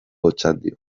otxandio